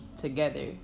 together